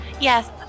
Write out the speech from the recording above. Yes